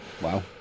Wow